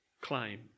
claim